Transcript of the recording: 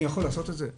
אני יכול לעשות את זה?